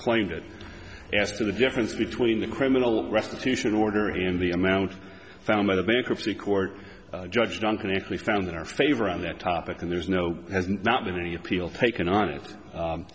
claimed it as to the difference between the criminal restitution order in the amount found by the bankruptcy court judge duncan if we found in our favor on that topic and there's no has not been any appeal taken on it